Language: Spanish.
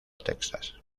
texas